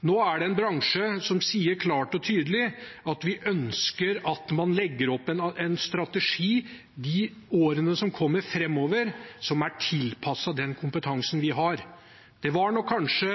Nå er det en bransje som sier klart og tydelig: Vi ønsker at man legger opp en strategi i årene framover som er tilpasset den kompetansen vi har. Det var nok kanskje